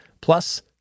Plus